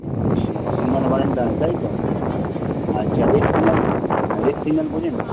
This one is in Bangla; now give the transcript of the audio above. আচ্ছা সিগন্যাল মানেন টানেন তাই তো আচ্ছা রেড সিগন্যাল রেড সিগন্যাল বোঝেন